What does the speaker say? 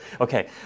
Okay